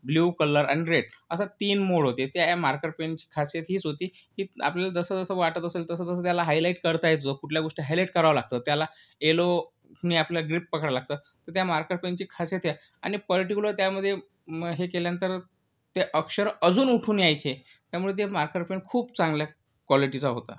blue colour आणि red असं तीन मोड होते त्या मार्कर पेनची खासियत हीच होती की आपल्याला जसं जसं वाटत असेल तसं तसं त्याला हायलाइट करता येत होतं कुठल्या गोष्टी हायलाइट कराव्या लागतात त्याला यलोनी आपलं ग्रीप पकडायला लागतं तर त्या मार्कर पेनची खासियत ही आहे आणि पर्टिक्युलर त्यामध्ये मग हे केल्यानंतर ते अक्षर अजून उठून यायचे त्यामुळे ते मार्कर पेन खूप चांगल्या क्वालिटीचा होता